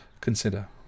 consider